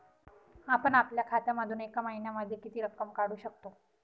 आपण आपल्या खात्यामधून एका महिन्यामधे किती रक्कम काढू शकतो?